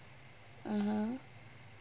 (uh huh)